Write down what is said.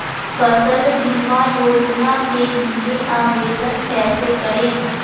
फसल बीमा योजना के लिए आवेदन कैसे करें?